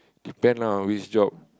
depend lah on which job